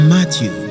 Matthew